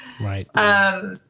Right